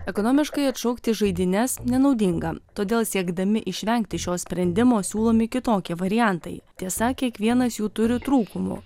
ekonomiškai atšaukti žaidynes nenaudinga todėl siekdami išvengti šio sprendimo siūlomi kitokie variantai tiesa kiekvienas jų turi trūkumų